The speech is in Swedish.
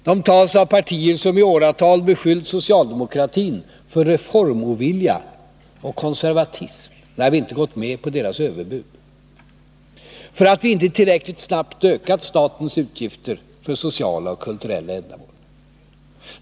De tas av partier som i åratal beskyllt socialdemokratin för reformovilja och konservatism, när vi inte gått med på deras överbud för att vi icke tillräckligt snabbt ökade statens utgifter för sociala och kulturella ändamål.